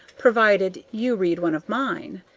provided you read one of mine.